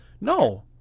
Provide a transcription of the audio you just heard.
No